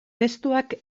testuak